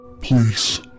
Please